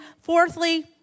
fourthly